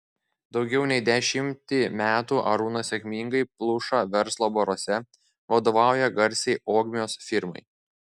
daugiau nei dešimtį metų arūnas sėkmingai pluša verslo baruose vadovauja garsiai ogmios firmai